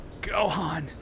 Gohan